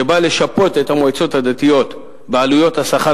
שבא לשפות את המועצות הדתיות בעלויות השכר